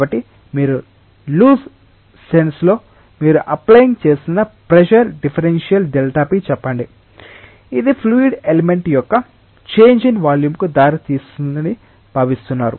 కాబట్టి మీరు loose sense లో మీరు అప్ప్లయింగ్ చేస్తున్న ప్రెషర్ డిఫరెన్షియల్ Δp చెప్పండి ఇది ఫ్లూయిడ్ ఎలిమెంట్ యొక్క చేంజ్ ఇన్ వాల్యూం కు దారితీస్తుందని భావిస్తున్నారు